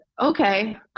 okay